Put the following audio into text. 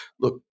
look